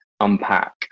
unpack